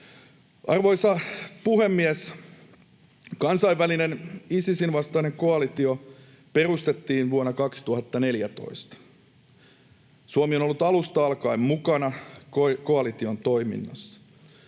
Arvoisa puhemies! Kansainvälinen Isisin vastainen koalitio perustettiin vuonna 2014. Suomi on ollut alusta alkaen mukana koalition toiminnassa.